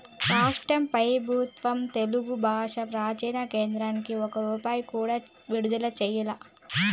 రాష్ట్ర పెబుత్వం తెలుగు బాషా ప్రాచీన కేంద్రానికి ఒక్క రూపాయి కూడా విడుదల చెయ్యలా